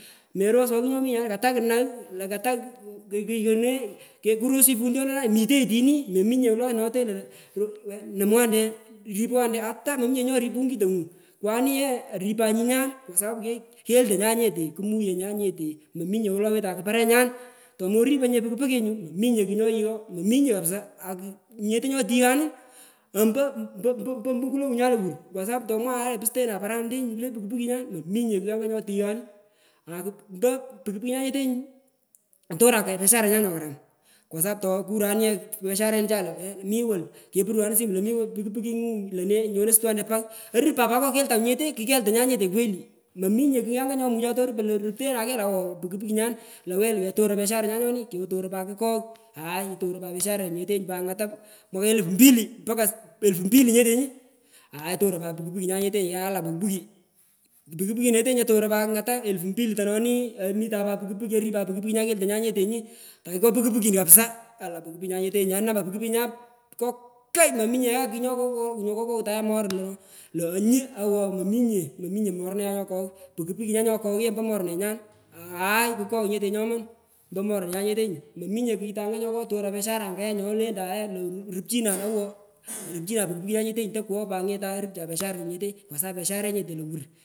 Meroswoi kugh nyomi yi nyoma kotang kunang lo kutang ku kuyune kurosunyi puntiyondonai mitenyi tini mominye wolu notenenyi lo lo wena nomwande ripkante nta mominye chi nyoripunyi kitongo kwani ye oripan nyinyari kwa sapapu keltonyan nyete kumuyenyan nyete mominye wolo wetan akuparenyan tomoriponye puki pukinyu mominye kugh nyoyigho mominye kapisa inyete nyotighanu ompo mpo mukulowunya lowur kwa sapu tomwaye lo oitena paranetengi le puki pukinyan mominye kugh anga nyotinganu akum po puki pukinyan nyetenyu otoran besharenyan nyokaram kwa sapu tokuranu ye pesharenicha lo weni mi wolu kapuwanu simu lo mi puki pukingu lone nyono sutuante pagh orupan pat ngo keitanyu nyete kukeltonya nyete kweli mominye kuy anga nyomucho torupan lo ruptepona kegh owowo puki pukinyan lawei otoron besharenyan nyoni otorun pat kukogh aai otoron pat peshararote ngata po elpu mpili mpaka elpu mpili nyetenyu aai otoron pat puki pukinyan ngetenyi alan puki odeny otoron pat ngata elpu mpili tononi omitan pat puki puki noni ori pat puki puki nyan nyetenyu takipka puki pukini kapsa alan puki pukinyan nyetenyu akanaman pukipukiinyan kakay mominye ye kugh nyoko kokokoghena ye morun lo lo onyi awowowo mominye mominye morune nyan nyokogh puki pukinyan ye nyokogh ombo morunenyan kukogh nyete nyoman ompo morunenyan nyetenyu mominye kitenge nyokutoron biashara anga ye nyolentange orupchina ni awo rupchina puki pukinyan nyetenyu tokogho ghetan rupchina puki pukinyan rupchin biasharenya mpowolo piashare nyete lowur.